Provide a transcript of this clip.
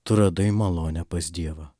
tu radai malonę pas dievą